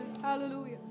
Hallelujah